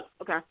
okay